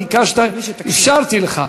ביקשת, אפשרתי לך.